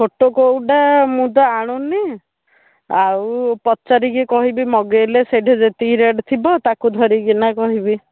ଛୋଟ କେଉଁଟା ମୁଁ ତ ଆଣୁନି ଆଉ ପଚାରିକି କହିବି ମଗେଇଲେ ସେଇଠି ଯେତିକି ରେଟ୍ ଥିବ ତାକୁ ଧରିକିନା କହିବି